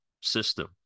system